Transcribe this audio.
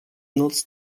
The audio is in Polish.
noc